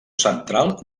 central